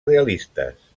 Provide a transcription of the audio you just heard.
realistes